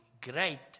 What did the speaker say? great